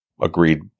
agreed